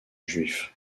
juif